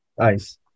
ice